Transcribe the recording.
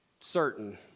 certain